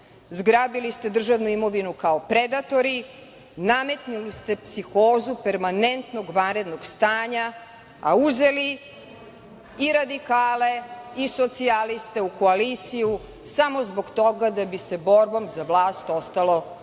Zgrabili ste državnu imovinu kao predatori. Nametnuli ste psihozu permanentnog vanrednog stanja, a uzeli i radikale i socijaliste u koaliciju samo zbog toga da bi se borbom za vlast ostalo na